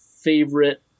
favorite